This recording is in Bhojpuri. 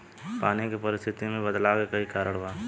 पानी के परिस्थिति में बदलाव के कई कारण बा